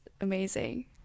amazing